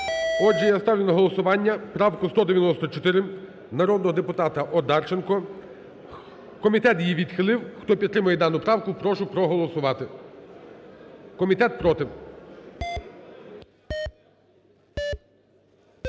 Отже, я ставлю на голосування правку 194 народного депутата Одарченко. Комітет її відхилив. Хто підтримує дану правку, прошу проголосувати. Комітет – проти.